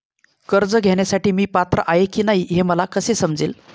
कर्ज घेण्यासाठी मी पात्र आहे की नाही हे मला कसे समजेल?